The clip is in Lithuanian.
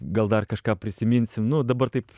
gal dar kažką prisiminsim nu dabar taip